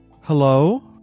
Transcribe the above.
hello